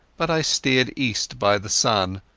but i steered east by the sun,